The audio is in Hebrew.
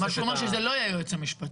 מה שהוא אומר שזה לא יהיה היועץ המשפטי.